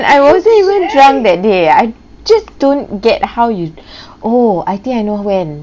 I wasn't even drunk that day I just don't get how you oh I think I know when